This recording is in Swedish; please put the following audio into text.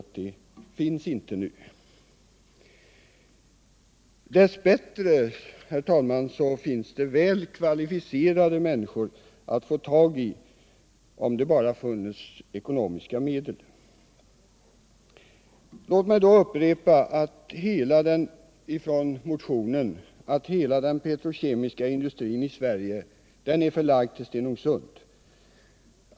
Dess bättre finns det väl kvalificerade människor att få tag på om det bara finns ekonomiska möjligheter därtill. Låt mig upprepa från motionen att hela den petrokemiska industrin i Sverige är förlagd till Stenungsund.